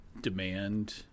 demand